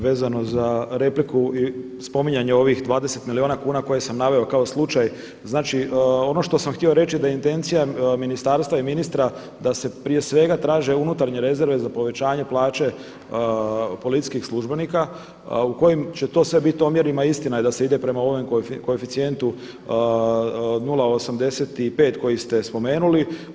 Vezano za repliku i spominjanje ovih 20 milijuna kuna koje sam naveo kao slučaj, znači oni što sam htio reći da je intencija Ministarstva i ministra da se prije svega traže unutarnje rezerve za povećanje plaće policijskih službenika a u kojim će to sve biti omjerima istina je da se ide prema ovom koeficijentu 0,85 koji ste spomenuli.